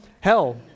Hell